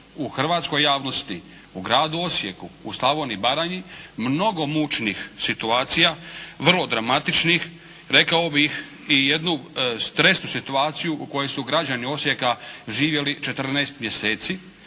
u hrvatskoj javnosti, u gradu Osijeku, u Slavoniji, Baranji, mnogo mučnih situacija, vrlo dramatičnih. Rekao bih i jednu stresnu situaciju u kojoj su građani Osijeka živjeli 14 mjeseci,